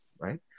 right